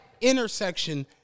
intersection